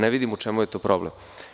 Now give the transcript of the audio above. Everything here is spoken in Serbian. Ne vidim u čemu je tu problem.